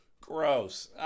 gross